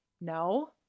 No